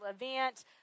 event